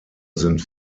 sind